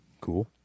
Cool